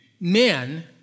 men